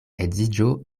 edziĝo